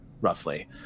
roughly